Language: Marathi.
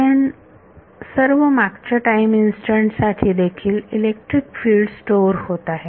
कारण सर्व मागच्या टाइम इन्स्टंट साठी देखील इलेक्ट्रिक फिल्ड स्टोअर होत आहे